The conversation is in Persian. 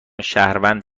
شهروند